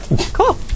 cool